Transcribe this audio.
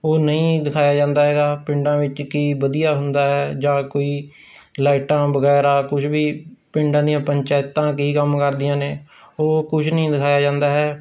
ਉਹ ਨਹੀਂ ਦਿਖਾਇਆ ਜਾਂਦਾ ਹੈਗਾ ਪਿੰਡਾਂ ਵਿੱਚ ਕੀ ਵਧੀਆ ਹੁੰਦਾ ਹੈ ਜਾਂ ਕੋਈ ਲਾਈਟਾਂ ਵਗੈਰਾ ਕੁਛ ਵੀ ਪਿੰਡਾਂ ਦੀਆਂ ਪੰਚਾਇਤਾਂ ਕੀ ਕੰਮ ਕਰਦੀਆਂ ਨੇ ਉਹ ਕੁਛ ਨਹੀਂ ਦਿਖਾਇਆ ਜਾਂਦਾ ਹੈ